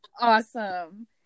Awesome